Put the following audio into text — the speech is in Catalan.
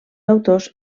autors